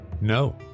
no